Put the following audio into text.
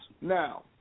Now